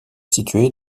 située